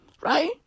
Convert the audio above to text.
Right